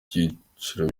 byiciro